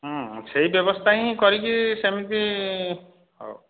ସେହି ବ୍ୟବସ୍ଥା ହିଁ କରିକି ସେମିତି ହଉ